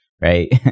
right